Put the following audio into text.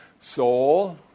soul